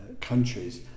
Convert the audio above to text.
countries